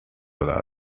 other